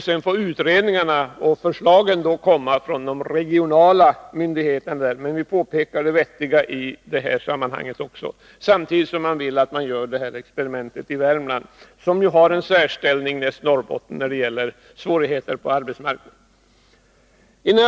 Sedan får utredningarna och förslagen komma från de regionala myndigheterna. Men vi anser att detta också är ett vettigt förslag och att man bör göra detta experiment i Värmland, som ju har de största svårigheterna näst Norrbotten på arbetsmarknaden.